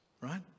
right